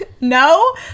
No